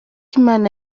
imana